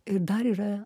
ir dar yra